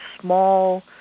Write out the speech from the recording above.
small